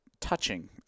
touching